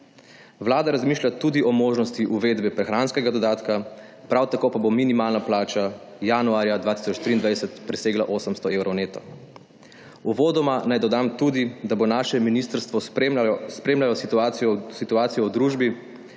Vlada razmišlja tudi o možnosti uvedbe prehranskega dodatka, prav tako pa bo minimalna plača januarja 2023 presegla 800 evrov neto. Uvodoma naj dodam tudi, da bo naše ministrstvo spremljalo situacijo v družbi